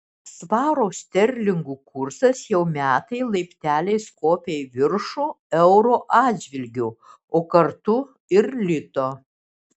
svaro sterlingų kursas jau metai laipteliais kopia į viršų euro atžvilgiu o kartu ir lito